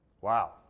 Wow